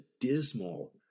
dismal